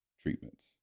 treatments